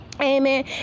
Amen